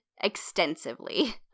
extensively